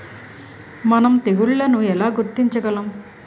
మనం తెగుళ్లను ఎలా గుర్తించగలం?